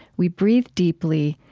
we breathe deeply,